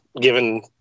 given